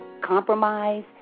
compromise